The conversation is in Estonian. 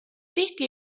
tihti